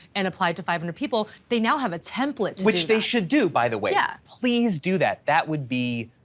and apply it to five hundred people, they now have a template which they should do, by the way, yeah please do that, that would be,